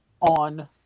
on